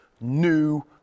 new